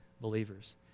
believers